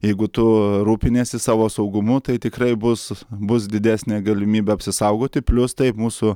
jeigu tu rūpiniesi savo saugumu tai tikrai bus bus didesnė galimybė apsisaugoti plius taip mūsų